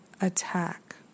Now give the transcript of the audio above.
attack